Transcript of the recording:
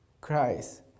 Christ